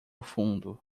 fundo